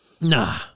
Nah